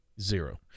Zero